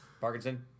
Parkinson